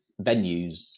venues